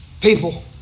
people